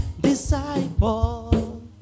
disciple